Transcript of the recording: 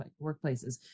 workplaces